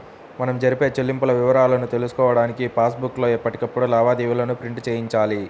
మనం జరిపే చెల్లింపుల వివరాలను తెలుసుకోడానికి పాస్ బుక్ లో ఎప్పటికప్పుడు లావాదేవీలను ప్రింట్ చేయించాలి